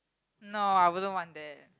no I wouldn't want that